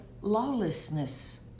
lawlessness